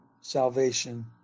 salvation